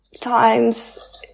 times